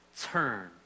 turn